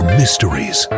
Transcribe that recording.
mysteries